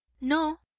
no,